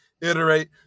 iterate